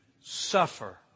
suffer